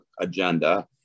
agenda